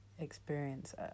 experience